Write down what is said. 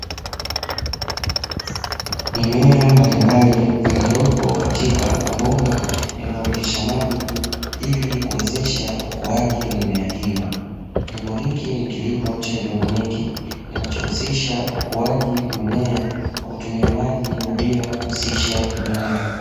Mimea mbalimbali iliyopo katika mabomba yanayopitisha maji ili kuwezesha ukuaji wa mimea hiyo. Kilimo hiki ni kilimo cha haedroponiki kinachohusisha ukuaji wa mimea kwa kutumia maji na bila kuhusisha udongo.